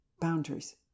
boundaries